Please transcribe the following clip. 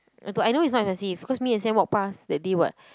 I thought I know it's not very expensive because me and walk past that day [what]